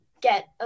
get